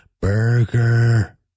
burger